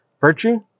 virtue